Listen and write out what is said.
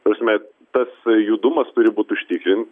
prasme tas judumas turi būt užtikrin